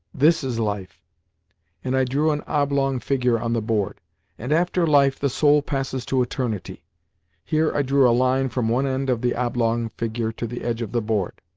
this is life and i drew an oblong figure on the board and after life the soul passes to eternity here i drew a line from one end of the oblong figure to the edge of the board.